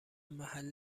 محل